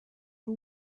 who